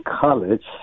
college